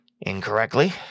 incorrectly